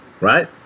Right